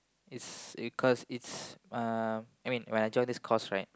it's cause it's um I mean when I joined this course right